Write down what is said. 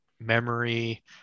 memory